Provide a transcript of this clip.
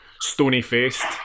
stony-faced